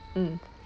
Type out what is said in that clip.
mm